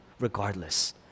regardless